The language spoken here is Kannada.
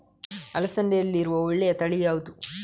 ಅಲಸಂದೆಯಲ್ಲಿರುವ ಒಳ್ಳೆಯ ತಳಿ ಯಾವ್ದು?